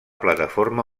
plataforma